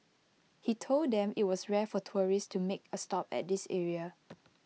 he told them IT was rare for tourists to make A stop at this area